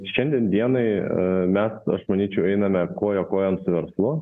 šiandien dienai mes aš manyčiau einame koja kojon su verslu